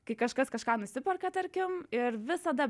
kai kažkas kažką nusiperka tarkim ir visada